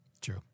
True